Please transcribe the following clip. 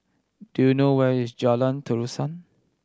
do you know where is Jalan Terusan